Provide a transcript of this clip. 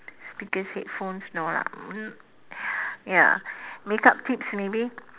speakers headphones no lah um ya makeup tips maybe